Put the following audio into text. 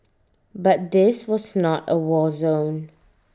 but this was not A war zone